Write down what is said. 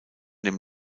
dem